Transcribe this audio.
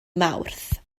mawrth